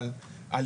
כל